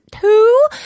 two